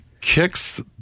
kicks